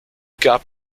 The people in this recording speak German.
gab